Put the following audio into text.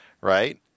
right